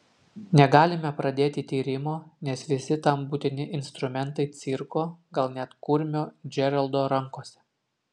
negalime pradėti tyrimo nes visi tam būtini instrumentai cirko gal net kurmio džeraldo rankose